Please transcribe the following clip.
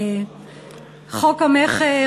חוק המכר,